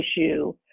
issue